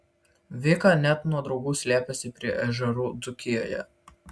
vika net nuo draugų slėpėsi prie ežerų dzūkijoje